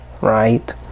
right